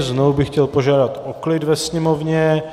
Znovu bych chtěl požádat o klid ve sněmovně.